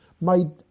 made